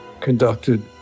conducted